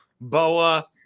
Boa